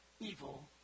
evil